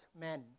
men